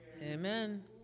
Amen